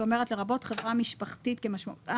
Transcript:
שאומרת לרבות חברה משפחתית כמשמעותה